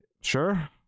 sure